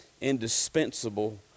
indispensable